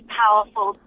powerful